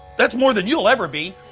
that's more than you'll ever be.